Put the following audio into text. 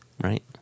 right